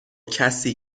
کسی